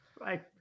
Right